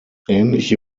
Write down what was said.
ähnliche